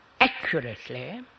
accurately